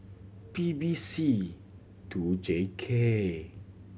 P B C two J K